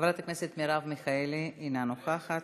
חברת הכנסת מרב מיכאלי, אינה נוכחת,